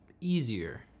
easier